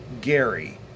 Gary